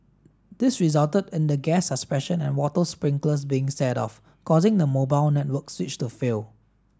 this resulted in the gas suppression and water sprinklers being set off causing the mobile network switch to fail